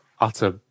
utter